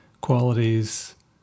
qualities